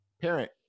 parent